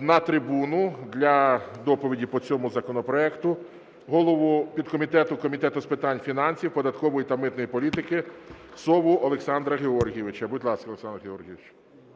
на трибуну для доповіді по цьому законопроекту голову підкомітету Комітету з питань фінансів, податкової та митної політики Сову Олександра Георгійовича. Будь ласка, Олександре Георгійовичу.